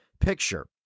picture